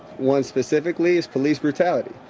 one specifically is police brutality.